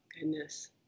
goodness